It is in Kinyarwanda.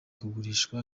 kugurishwa